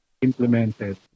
implemented